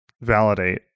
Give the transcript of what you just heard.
validate